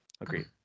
agreed